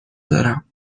دارم